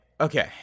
Okay